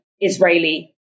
Israeli